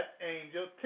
angel